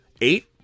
Eight